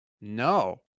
no